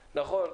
נכון,